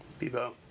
Bebo